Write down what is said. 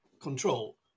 control